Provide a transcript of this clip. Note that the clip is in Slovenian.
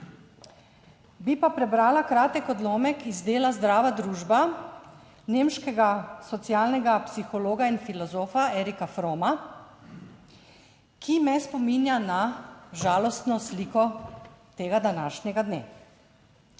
bi pa prebrala kratek odlomek iz dela Zdrava družba nemškega socialnega psihologa in filozofa Erica Fromma, ki me spominja na žalostno sliko tega današnjega dne: